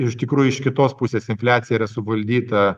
iš tikrųjų iš kitos pusės infliacija yra suvaldyta